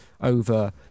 over